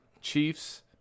Chiefs